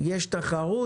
יש תחרות.